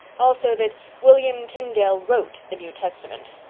also that william tyndale wrote the new testament.